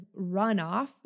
runoff